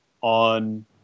on